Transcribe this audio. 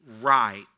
right